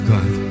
God